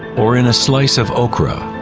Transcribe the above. or in a slice of okra,